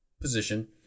position